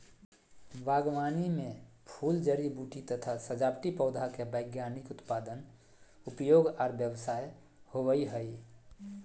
बागवानी मे फूल, जड़ी बूटी तथा सजावटी पौधा के वैज्ञानिक उत्पादन, उपयोग आर व्यवसाय होवई हई